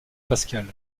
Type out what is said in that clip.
pascal